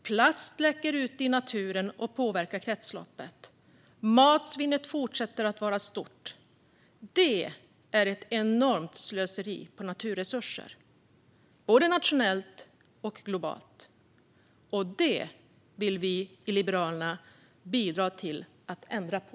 Plast läcker ut i naturen och påverkar kretsloppet. Matsvinnet fortsätter att vara stort. Detta är ett enormt slöseri med naturresurser, både nationellt och globalt. Det vill vi i Liberalerna bidra till att ändra på.